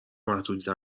محدوده